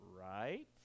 Right